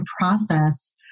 process